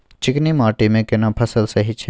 चिकनी माटी मे केना फसल सही छै?